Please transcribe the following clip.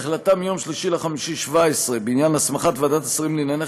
בהחלטתה מיום 3 במאי 2017 בעניין הסמכת ועדת השרים לענייני